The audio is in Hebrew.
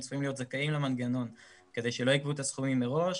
צריכים להיות זכאים למנגנון כדי שלא ייגבו את הסכומים מראש.